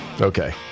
Okay